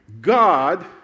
God